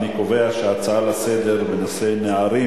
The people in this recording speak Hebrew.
אני קובע שההצעה לסדר-היום בנושא: נערים